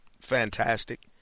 fantastic